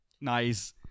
Nice